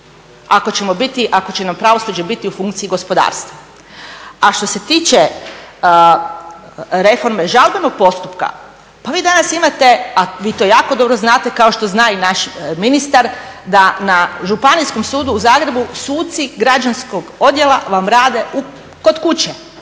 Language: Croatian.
ako će nam pravosuđe biti u funkciji gospodarstva, a što se tiče reforme žalbenog postupka pa vi danas imate, a vi to jako dobro znate kao što zna i naš ministar, da na Županijskom sudu u Zagrebu suci građanskog odjela vam rade kod kuće